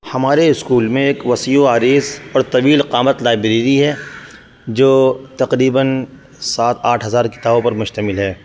ہمارے اسکول میں ایک وسیع و عریض اور طویل قامت لائبریری ہے جو تقریباً سات آٹھ ہزار کتابوں پر مشتمل ہے